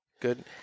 Good